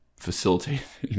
facilitate